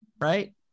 right